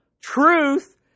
truth